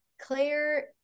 Claire